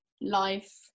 life